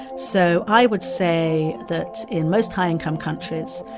so i would say that in most high-income countries,